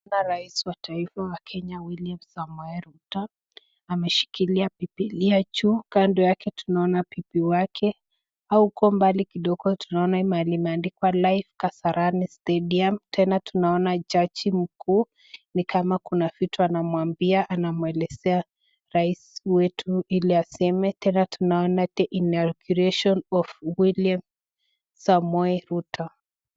Tunaona rais wa taifa wa Kenya William Samoei Ruto ameshikilia Bibilia juu. Kando yake tunaona bibi yake au kwa mbali kidogo tunaona mahali pameandikwa Live Kasarani Stadium . Tena tunaona jaji mkuu ni kama kuna vitu anamwambia anamwelezea rais wetu ili aseme. Tena tunaona the inauguration of William Samoei Ruto.